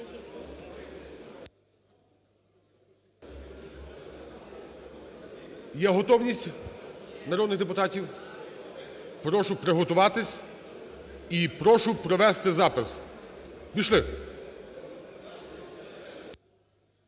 Є готовність народних депутатів? Прошу приготуватись і прошу провести запис. Пішли.